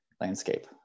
landscape